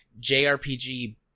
JRPG